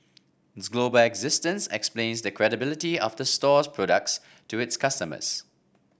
its global existence explains the credibility of the store's products to its customers